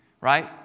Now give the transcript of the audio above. right